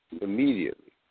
immediately